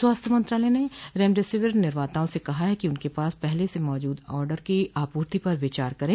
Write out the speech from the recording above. स्वास्थ्य मंत्रालय ने रेमडेसिविर निर्माताओं से कहा है कि उनके पास पहले से मौजूद ऑर्डर की आपूर्ति पर विचार करें